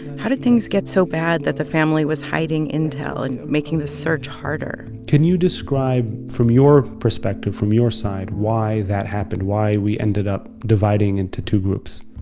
how did things get so bad that the family was hiding intel and making the search harder? can you describe from your perspective, from your side, why that happened, why we ended up dividing into two groups?